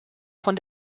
von